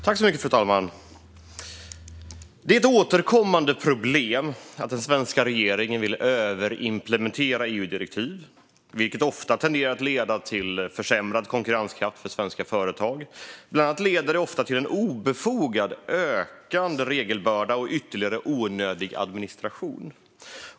Fru talman! Det är ett återkommande problem att den svenska regeringen vill överimplementera EU-direktiv, vilket ofta tenderar att leda till försämrad konkurrenskraft för svenska företag. Bland annat leder det ofta till en obefogad och ökande regelbörda och ytterligare onödig administration.